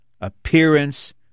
appearance